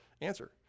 Answer